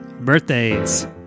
Birthdays